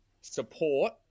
support